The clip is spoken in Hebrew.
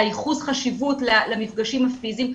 ייחוס החשיבות למפגשים הפיזיים,